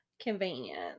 Convenient